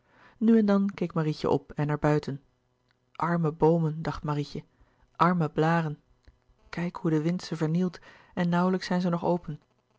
nu en dan keek marietje op en naar buiten arme boomen dacht marietje arme blâren louis couperus de boeken der kleine zielen kijk hoe de wind ze vernielt en nauwlijks zijn ze nog open